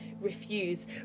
Refuse